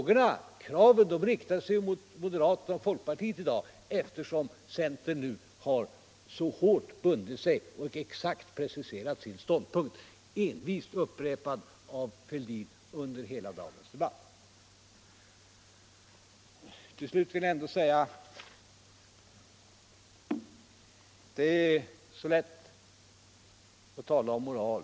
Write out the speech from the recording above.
Det kravet riktar sig ju mot moderaterna och folkpartiet i dag, eftersom centern nu så hårt har bundit sig för och exakt preciserat sin ståndpunkt, envist upprepad av herr Fälldin under hela dagens debatt. Till slut vill jag ändå säga att det är så lätt att tala om moral.